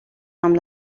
amb